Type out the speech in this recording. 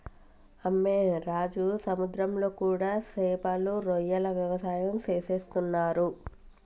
అమ్మె రాజు సముద్రంలో కూడా సేపలు రొయ్యల వ్యవసాయం సేసేస్తున్నరు